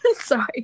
Sorry